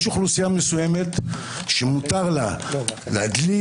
יש אוכלוסייה שמותר לה להדליק,